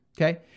Okay